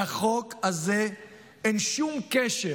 לחוק הזה אין שום קשר